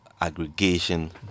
aggregation